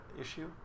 issue